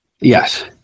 Yes